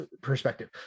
perspective